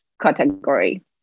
category